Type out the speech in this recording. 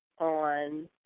on